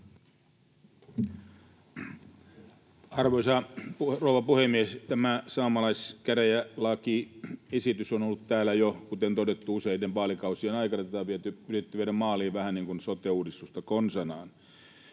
Arvoisa rouva puhemies! Tämä saamelaiskäräjälakiesitys on ollut täällä jo, kuten todettu, useiden vaalikausien aikana, ja tätä on yritetty viedä maaliin vähän niin kuin sote-uudistusta konsanaan.